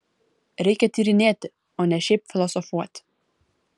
reikia tyrinėti o ne šiaip filosofuoti